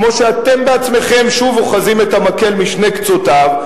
כמו שאתם בעצמכם שוב אוחזים את המקל בשני קצותיו.